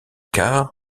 carr